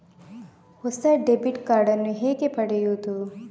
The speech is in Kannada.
ಹೊಸ ಡೆಬಿಟ್ ಕಾರ್ಡ್ ನ್ನು ಹೇಗೆ ಪಡೆಯುದು?